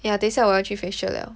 yeah 等一下我要去 facial liao